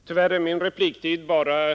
Herr talman! Tyvärr är min repliktid bara